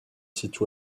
site